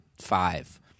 five